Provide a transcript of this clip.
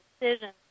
decisions